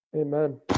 Amen